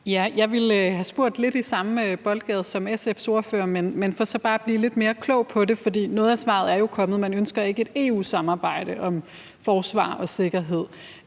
Jeg ville have spurgt lidt i samme boldgade som SF's ordfører, så jeg spørger bare for at blive lidt mere klog på det, for noget af svaret er jo kommet, nemlig at man ikke ønsker et EU-samarbejde om forsvar og sikkerhed.